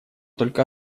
только